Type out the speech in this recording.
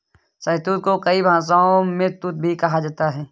शहतूत को कई भाषाओं में तूत भी कहा जाता है